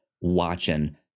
watching